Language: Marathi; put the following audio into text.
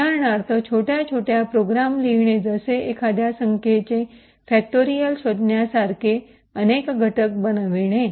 उदाहरणार्थ छोट्या छोट्या प्रोग्राम लिहिणे जसे एखाद्या संख्येचे फॅक्टोरियल शोधण्यासारखे अनेक घटक बनविणे